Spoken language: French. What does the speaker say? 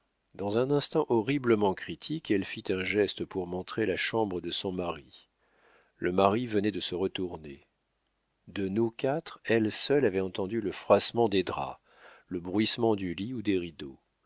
dans un instant horriblement critique elle fit un geste pour montrer la chambre de son mari le mari venait de se retourner de nous quatre elle seule avait entendu le froissement des draps le bruissement du lit ou des rideaux